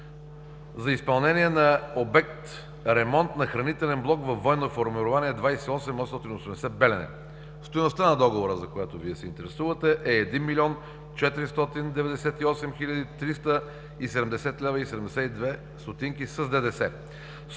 за изпълнение на обект „Ремонт на хранителен блок във Военно формирование 28880 – Белене. Стойността на договора, за която Вие се интересувате, е 1 млн. 498 хил. 370 лв. 72 ст. с ДДС.